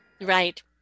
right